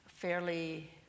Fairly